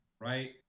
right